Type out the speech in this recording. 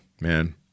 man